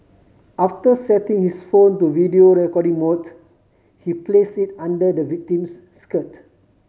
after setting his phone to video recording mode he place it under the victim's skirt